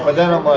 but then um i